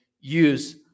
use